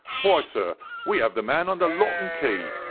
why, sir, we have the man under lock and key.